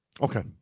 Okay